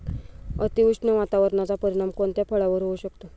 अतिउष्ण वातावरणाचा परिणाम कोणत्या फळावर होऊ शकतो?